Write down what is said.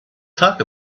talk